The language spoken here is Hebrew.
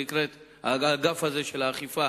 האגף הזה של האכיפה